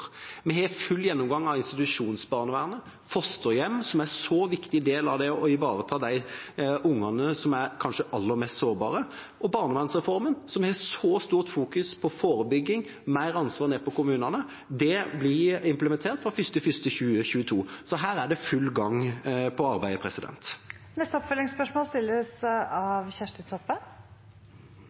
Vi har full gjennomgang av institusjonsbarnevernet, fosterhjem, som er en så viktig del av det å ivareta de ungene som er kanskje aller mest sårbare, og barnevernsreformen, som har så stort fokus på forebygging, mer ansvar til kommunene. Det blir implementert fra 1. januar 2022. Så her er arbeidet i full gang. Kjersti Toppe – til oppfølgingsspørsmål.